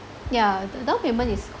ya the down payment is